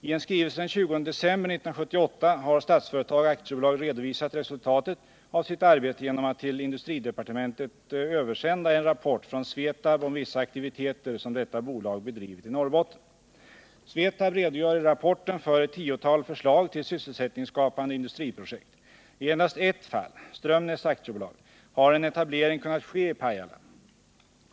I en skrivelse den 20 december 1978 har Statsföretag AB redovisat resultatet av sitt arbete genom att till industridepartementet översända en rapport från Svetab om vissa aktiviteter som detta bolag bedrivit Svetab redogör i rapporten för ett tiotal förslag till sysselsättningsskapande Fredagen den industriprojekt. I endast ett fall, Strömsnes AB, har en etablering kunnat ske i 18 maj 1979 Pajala.